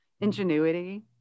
ingenuity